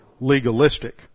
legalistic